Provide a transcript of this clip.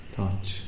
touch